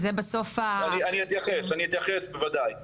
אני אתייחס, בוודאי.